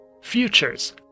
Futures